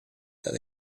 that